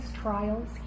trials